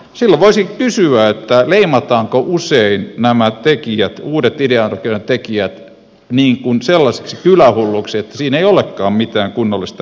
silloin voisi kysyä leimataanko usein nämä tekijät uusien ideoiden tekijät sellaisiksi kylähulluiksi että siinä ei olekaan mitään kunnollista ideaa